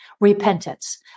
Repentance